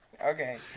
Okay